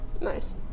Nice